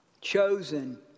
Chosen